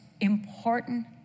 important